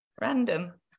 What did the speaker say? Random